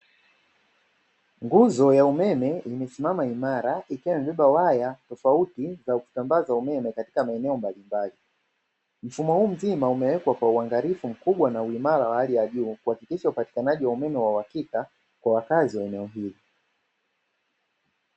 Nguzo ya umeme imesimama imara ikiwa imebeba waya tofauti za kusambaza umeme katika maeneo mbalimbali. Mfumo huu mzima umewekwa kwa uangalifu mkubwa na uimara wa hali ya juu kuhakikisha upatikanaji wa umeme wa uhakika kwa wakazi wa eneo hilo.